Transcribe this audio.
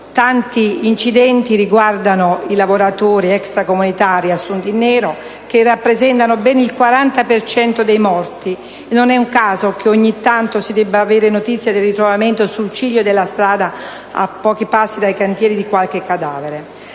Tanti incidenti riguardano i lavoratori extracomunitari assunti in nero, che rappresentano ben il 40 per cento dei morti sul lavoro, e non è un caso che ogni tanto si abbia notizia del ritrovamento sul ciglio della strada, a pochi passi dai cantieri, di qualche cadavere.